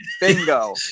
Bingo